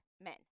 men